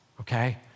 okay